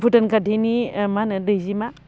भुतान खाथिनि मा होनो दैजिमा